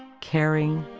caring,